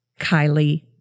Kylie